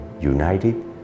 united